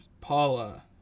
Paula